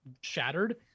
shattered